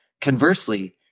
Conversely